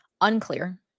Unclear